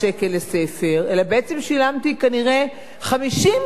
אלא בעצם שילמתי כנראה 50 שקל לספר.